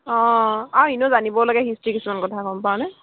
অঁ আৰু এনেও জানিবও লাগে হিষ্ট্ৰীৰ কিছুমান কথা গম পাৱনে